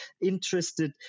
interested